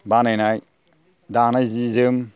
बानायनाय दानाय सिजों